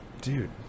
dude